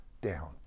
down